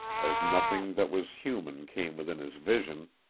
as nothing that was human came within his vision,